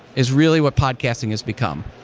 is really what podcasting has become.